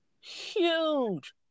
huge